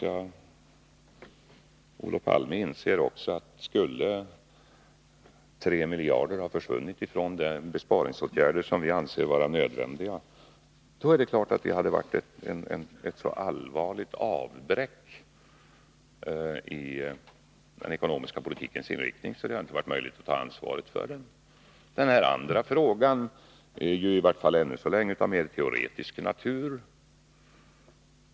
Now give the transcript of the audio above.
Jag hoppas Olof Palme också inser att skulle 3 miljarder ha försvunnit från de besparingsåtgärder som vi anser vara nödvändiga, hade det varit ett så allvarligt avbräck i den ekonomiska politikens inriktning att det inte varit möjligt för oss att ta ansvaret för den. Den andra frågan är ju, i vart fall ännu så länge, av mer teoretisk natur.